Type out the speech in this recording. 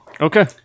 Okay